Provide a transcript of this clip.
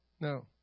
No